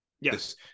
Yes